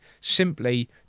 simply